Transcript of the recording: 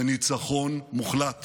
בניצחון מוחלט